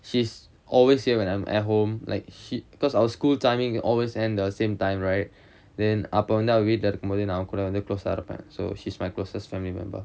she's always here when I'm at home like she because our school timing always end the same time right then அப்ப வந்து அவ வீட்டுல இருக்கும்போது நா அவகூட வந்து:appa vanthu veetula irukkumpothu naa avakooda vanthu close ah இருப்பேன்:iruppaen so she's my closest family member